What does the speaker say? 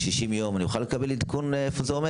נוכל לקבל עדכון, בתוך 60 יום, לגבי איפה זה עומד?